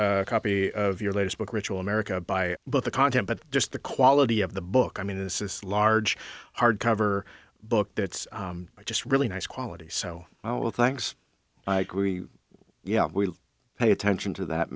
a copy of your latest book ritual america by both the content but just the quality of the book i mean this is a large hardcover book that's just really nice quality so well thanks i agree yeah we pay attention to that